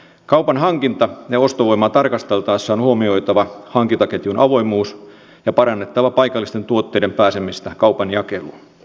kaupan hankinta ja ostovoimaa tarkasteltaessa on huomioitava hankintaketjun avoimuus ja parannettava paikallisten tuotteiden pääsemistä kaupan jakeluun